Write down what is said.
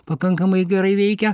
pakankamai gerai veikia